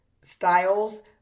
styles